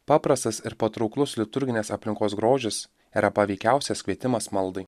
paprastas ir patrauklus liturginės aplinkos grožis yra paveikiausias kvietimas maldai